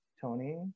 Tony